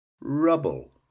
rubble